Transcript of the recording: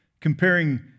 comparing